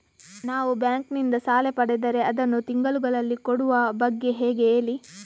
ನಾವು ಬ್ಯಾಂಕ್ ನಿಂದ ಸಾಲ ಪಡೆದರೆ ಅದನ್ನು ತಿಂಗಳುಗಳಲ್ಲಿ ಕೊಡುವ ಬಗ್ಗೆ ಹೇಗೆ ಹೇಳಿ